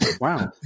Wow